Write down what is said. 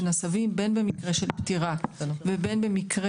בין במקרה של פטירה ובין במקרה